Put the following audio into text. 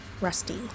Rusty